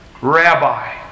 Rabbi